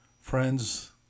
friends